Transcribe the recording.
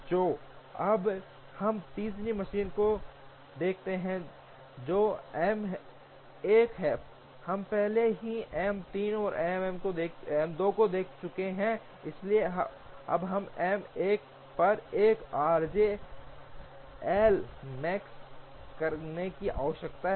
तो अब हम तीसरी मशीन को देखते हैं जो एम 1 है हम पहले ही एम 3 और एम 2 देख चुके हैं इसलिए अब हमें एम 1 पर 1 आरजे एल मैक्स करने की आवश्यकता है